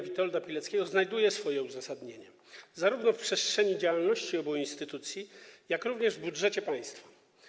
Witolda Pileckiego znajduje swoje uzasadnienie zarówno w przestrzeni działalności obu instytucji, jak i w budżecie państwa.